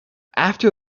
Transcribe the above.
after